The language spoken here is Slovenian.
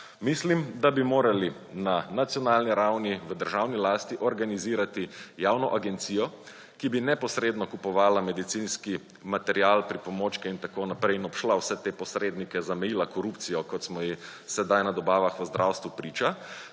Mislim, da bi morali na nacionalni ravni v državni lasti organizirati javno agencijo, ki bi neposredno kupovala medicinski material, pripomočke in tako naprej in obšla vse te posrednike, zamejila korupcijo, kot smo ji sedaj na dobavah v zdravstvu priča,